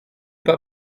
pas